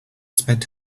spend